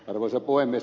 arvoisa puhemies